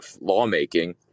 lawmaking